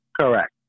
Correct